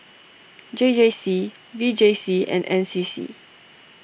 J J C V J C and N C C